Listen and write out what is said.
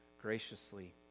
graciously